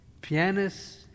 pianists